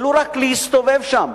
ולו רק להסתובב שם,